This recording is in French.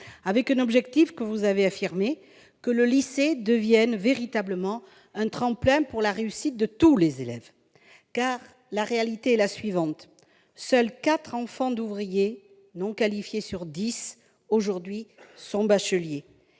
avec un objectif que vous avez affirmé, monsieur le ministre : que le lycée devienne réellement un tremplin pour la réussite de tous les élèves. En effet, notre réalité est la suivante : seuls quatre enfants d'ouvriers non qualifiés sur dix aujourd'hui sont bacheliers.